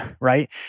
right